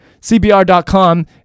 cbr.com